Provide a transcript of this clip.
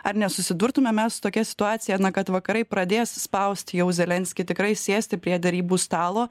ar nesusidurtume mes tokia situacija na kad vakarai pradės spausti jau zelenskį tikrai sėsti prie derybų stalo